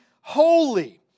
holy